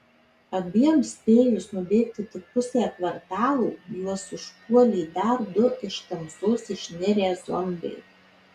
abiem spėjus nubėgti tik pusę kvartalo juos užpuolė dar du iš tamsos išnirę zombiai